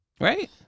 right